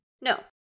No